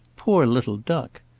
poor little duck!